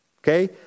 okay